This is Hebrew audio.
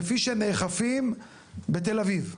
כפי שנאכפים בתל אביב,